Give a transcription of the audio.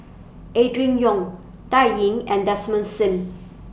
Adrin Loi Dan Ying and Desmond SIM